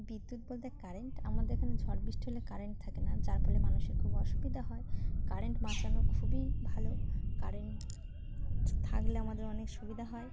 বিদ্যুৎ বলতে কারেন্ট আমাদের এখানে ঝড় বৃষ্টি হলে কারেন্ট থাকে না যার ফলে মানুষের খুব অসুবিধা হয় কারেন্ট বাঁচানো খুবই ভালো কারেন্ট থাকলে আমাদের অনেক সুবিধা হয়